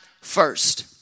first